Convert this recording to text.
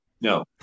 No